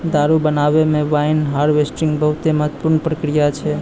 दारु बनाबै मे वाइन हार्वेस्टिंग बहुते महत्वपूर्ण प्रक्रिया छै